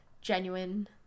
genuine